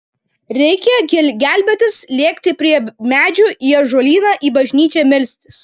reikia gelbėtis lėkti prie medžių į ąžuolyną į bažnyčią melstis